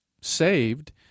saved